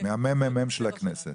מהממ"מ של הכנסת.